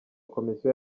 komisiyo